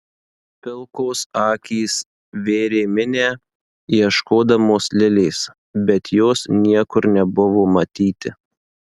pilkos akys vėrė minią ieškodamos lilės bet jos niekur nebuvo matyti